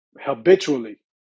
habitually